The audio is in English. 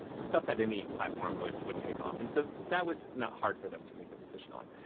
the stuff that any platform would would take off. and so that was not hard for them to make the decision on.